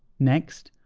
next,